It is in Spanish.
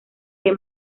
que